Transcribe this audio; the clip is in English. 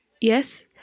yes